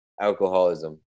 alcoholism